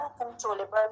uncontrollable